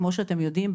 כמו שאתם יודעים,